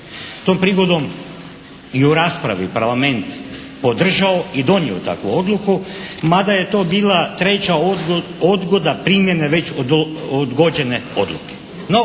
Tom prigodom i u raspravi Parlament podržao i donio takvu odluku, mada je to bila 3. odgoda primjene već odgođene odluke.